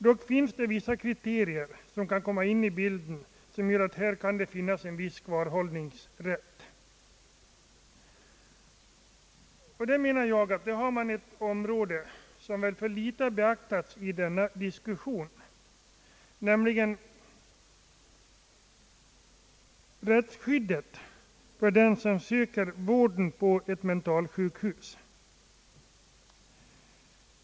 Det finns dock vissa kriterier som kan komma in i bilden och som gör att det kan tillämpas en viss kvarhållningsrätt. Där finns ett område som enligt min uppfattning är för litet beaktat i denna diskussion, nämligen rättsskyddet för den som söker vård på mentalsjukhus.